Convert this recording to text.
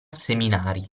seminari